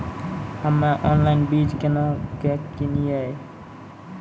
हम्मे ऑनलाइन बीज केना के किनयैय?